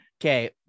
okay